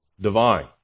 divine